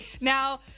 Now